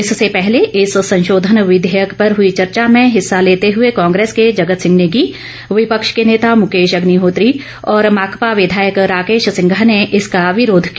इससे पहले इस संशोधन विधेयक पर हुई चर्चा में हिस्सा लेते हुए कांग्रेस के जगत सिंह नेगी विपक्ष के नेता मुकेश अग्निहोत्री और माकपा विधायक राकेश सिंघा ने इसका विरोध किया